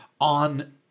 on